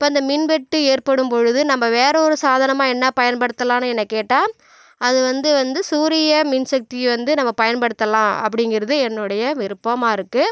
இப்போ அந்த மின்வெட்டு ஏற்படும்பொழுது நம்ம வேறு ஒரு சாதனமாக என்ன பயன்படுத்தலாம்னு என்னை கேட்டால் அது வந்து வந்து சூரிய மின்சக்தியை வந்து நம்ம பயன்படுத்தலாம் அப்படிங்கிறது என்னுடைய விருப்பமாக இருக்குது